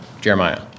Jeremiah